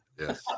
Yes